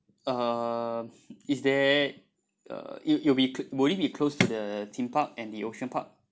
uh is there uh it will it will be cl~ will it be close to the theme park and the ocean park